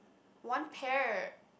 one pair